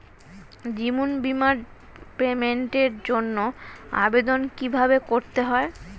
জীবন বীমার পেমেন্টের জন্য আবেদন কিভাবে করতে হয়?